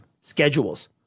schedules